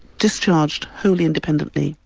discharged wholly independently.